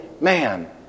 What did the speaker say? man